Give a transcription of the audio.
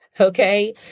Okay